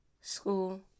school